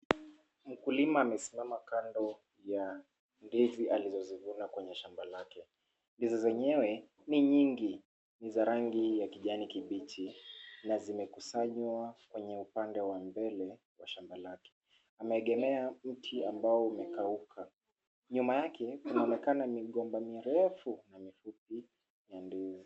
Mkulima amesimama kando ya ndizi alizozivuna kwenye shamba lake. Ndizi zenyewe ni nyingi. Ni zarangi ya kijani kibichi, na zimekusanywa kwenye upande wa mbele wa shamba lake, ameegemea mti ambao umekauka. Nyuma yake kunaonekana migomba mirefu na mifupi ya ndizi.